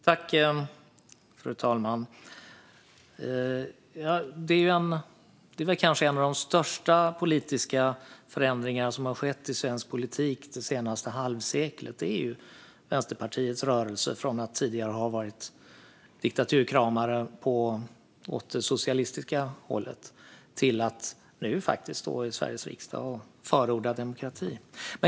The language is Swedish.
Fru talman! En av de kanske största politiska förändringarna som har skett i svensk politik det senaste halvseklet är Vänsterpartiets rörelse från att tidigare ha varit diktaturkramare åt det socialistiska hållet till att nu stå i Sveriges riksdag och förorda demokrati.